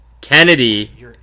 Kennedy